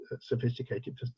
sophisticated